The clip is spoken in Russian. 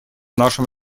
нашем